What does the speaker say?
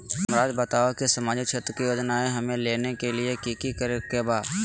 हमराज़ बताओ कि सामाजिक क्षेत्र की योजनाएं हमें लेने के लिए कि कि करे के बा?